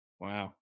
Wow